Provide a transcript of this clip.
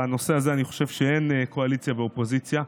בנושא הזה אני חושב שאין קואליציה ואופוזיציה,